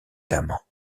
amants